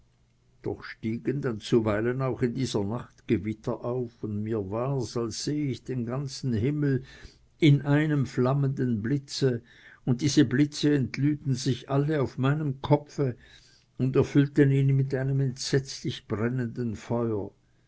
doch stiegen dann zuweilen auch in dieser nacht gewitter auf und mir war's als sehe ich den ganzen himmel in einem flammenden blitze und diese blitze entlüden sich alle auf meinem kopfe und erfüllten ihn mit einem entsetzlich brennenden feuer